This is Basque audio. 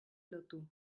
lotu